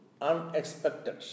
unexpected